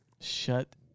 Shut